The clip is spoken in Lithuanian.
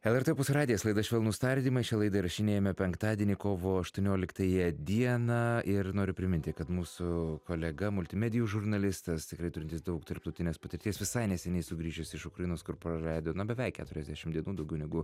lrt opus radijas laida švelnūs tardymai šią laidą įrašinėjame penktadienį kovo aštuonioliktąją dieną ir noriu priminti kad mūsų kolega multimedijų žurnalistas tikrai turintis daug tarptautinės patirties visai neseniai sugrįžęs iš ukrainos kur praleido beveik keturiasdešim dienų daugiau negu